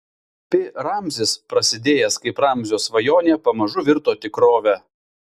pi ramzis prasidėjęs kaip ramzio svajonė pamažu virto tikrove